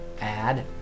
add